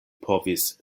povis